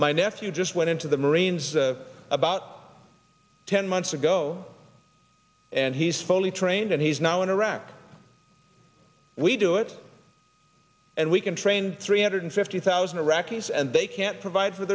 my nephew just went into the marines about ten months ago and he's fully trained and he's now in iraq we do it and we can train three hundred fifty thousand iraqis and they can't provide for